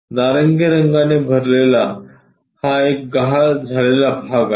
नारंगी रंगाने भरलेला हा एक गहाळ झालेला भाग आहे